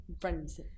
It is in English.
friends